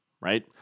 right